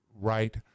right